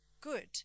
good